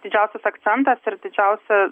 didžiausias akcentas ir didžiausia